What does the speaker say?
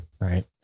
right